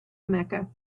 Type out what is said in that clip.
mecca